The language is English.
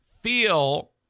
feel